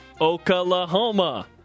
Oklahoma